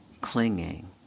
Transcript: clinging